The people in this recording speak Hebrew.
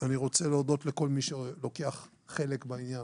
אני רוצה להודות לכל מי שלוקח חלק בעניין,